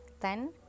ten